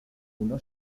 uno